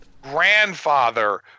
grandfather